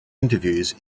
interviews